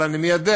אבל אני מיידע,